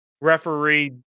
referee